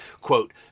quote